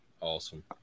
Awesome